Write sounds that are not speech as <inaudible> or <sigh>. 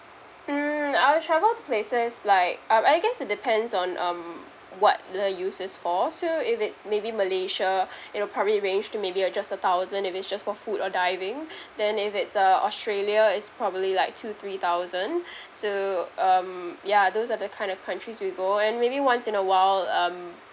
mm our travel to places like um I guess it depends on um what the uses for so if it's maybe malaysia <breath> it'll probably range to maybe uh just a thousand if it's just for food or diving <breath> then if it's uh australia it's probably like two three thousand <breath> so um ya those are the kind of countries we go and maybe once in a while um